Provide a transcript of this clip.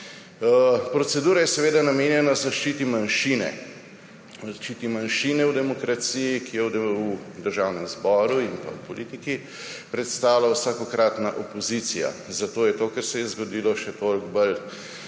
Procedura je seveda namenjena zaščiti manjšine, zaščiti manjšine v demokraciji, ki jo v državnem zboru in v politiki predstavlja vsakokratna opozicija, zato je to, kar se je zgodilo, še toliko bolj